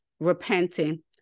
repenting